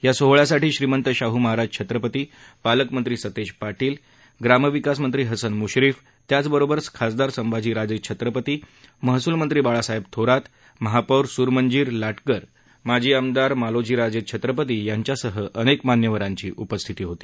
या सोहळ्यासाठी श्रीमंत शाहू महाराज छत्रपती पालकमंत्री सतेज पाटील ग्रामविकास मंत्री हसन मुश्रीफ त्याचबरोबर खासदार संभाजीराजे छत्रपती महसूलमंत्री बाळासाहेब थोरात महापौर सूर्मंजिरी लाटकर माजी आमदार मालोजीराजे छत्रपती यांच्यासह अनेक मान्यवरांची यावेळी उपस्थिती होती